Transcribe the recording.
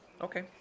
Okay